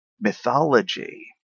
mythology